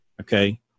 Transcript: Okay